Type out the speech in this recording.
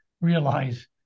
realize